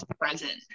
present